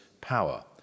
power